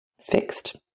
fixed